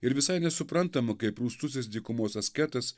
ir visai nesuprantama kaip rūstusis dykumos asketas